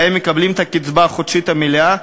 שבהם הם מקבלים את הקצבה החודשית המלאה,